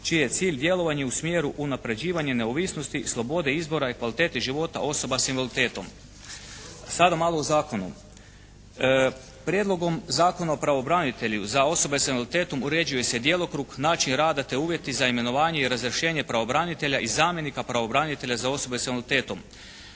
čiji je cilj djelovanje u smjeru unapređivanja neovisnosti, slobode izbora i kvalitete života osoba sa invaliditetom. Sada malo o zakonu. Prijedlogom Zakona o pravobranitelju za osobe sa invaliditetom uređuje se djelokrug, način rada te uvjeti za imenovanje i razrješenje pravobranitelja i zamjenika pravobranitelja za osobe sa invaliditetom.